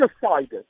decided